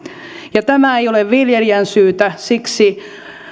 tämä ei ole viljelijän syytä siksi